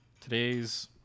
today's